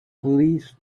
please